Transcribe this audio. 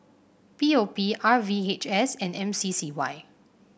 P O P R V H S and M C C Y